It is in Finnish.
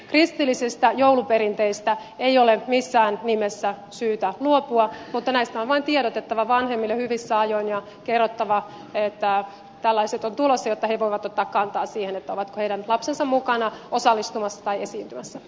kristillisistä jouluperinteistä ei ole missään nimessä syytä luopua mutta näistä on vain tiedotettava vanhemmille hyvissä ajoin ja kerrottava että tällaiset ovat tulossa jotta he voivat ottaa kantaa siihen ovatko heidän lapsensa mukana osallistumassa tai esiintymässä